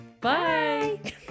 Bye